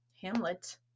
Hamlet